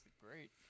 great